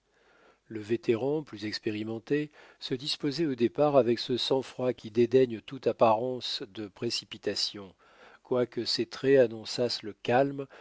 le vétéran plus expérimenté se disposait au départ avec ce sang-froid qui dédaigne toute apparence de précipitation quoique ses traits annonçassent le calme